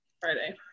Friday